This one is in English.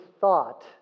thought